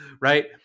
right